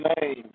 name